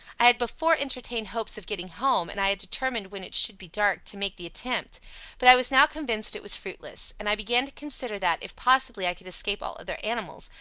i had before entertained hopes of getting home, and i had determined when it should be dark to make the attempt but i was now convinced it was fruitless, and i began to consider that, if possibly i could escape all other animals,